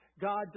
God